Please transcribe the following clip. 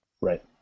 right